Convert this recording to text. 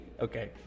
okay